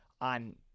on